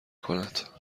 کند